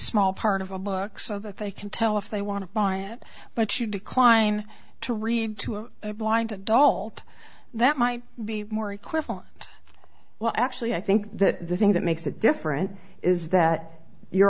small part of a book so that they can tell if they want to buy it but you decline to read to a blind adult that might be more equivalent well actually i think that the thing that makes it different is that you're